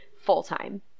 full-time